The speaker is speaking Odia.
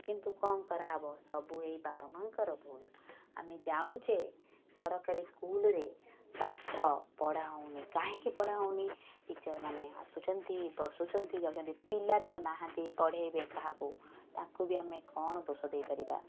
କିନ୍ତୁ କ'ଣ କରାହେବ ସବୁ ଏଇ ବାପା ମାଆଙ୍କର ଭୁଲ ଆମେ ଜାଣୁଛେ ସରକାରୀ ସ୍କୁଲରେ ପାଠ ପଢ଼ାହେଉନି କାହିଁକି ପଢ଼ାହେଉନି ଟିଚର୍ ମାନେ ଆସୁଛନ୍ତି ବସୁଛନ୍ତି ଯାଉଛନ୍ତି ପିଲା ତ ନାହାଁନ୍ତି ପଢ଼ାଇବେ କାହାକୁ ତାଙ୍କୁ ବି ଆମେ କ'ଣ ଦୋଷ ଦେଇପାରିବା